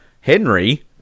Henry